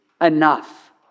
enough